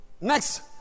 Next